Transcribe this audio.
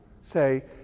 say